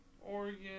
Oregon